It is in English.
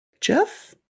Jeff